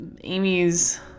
amy's